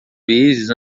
vezes